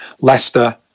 Leicester